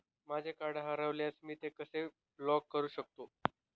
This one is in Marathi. माझे कार्ड हरवल्यास मी ते कसे ब्लॉक करु शकतो?